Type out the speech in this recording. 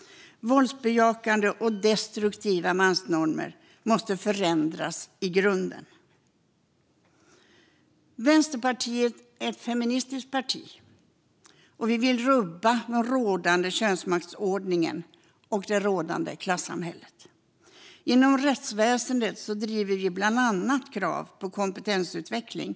Våldsbejakande och destruktiva mansnormer måste förändras i grunden. Vänsterpartiet är ett feministiskt parti som vill rubba den rådande könsmaktsordningen och det rådande klassamhället. Inom rättsväsendet driver vi bland annat krav på kompetensutveckling.